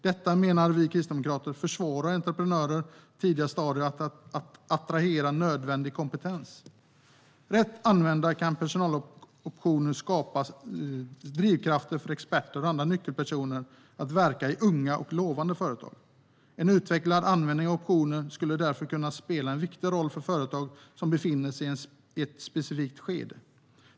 Detta menar vi kristdemokrater försvårar för entreprenörer i tidiga stadier att attrahera nödvändig kompetens. Rätt använda kan personaloptioner skapa drivkrafter för experter och andra nyckelpersoner att verka i unga och lovande företag. En utvecklad användning av optioner skulle därför kunna spela en viktig roll för företag som befinner sig i ett specifikt skede.